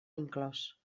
inclòs